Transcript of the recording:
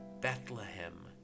Bethlehem